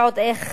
ועוד איך,